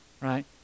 Right